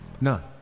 None